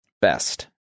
best